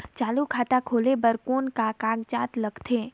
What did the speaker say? चालू खाता खोले बर कौन का कागजात लगथे?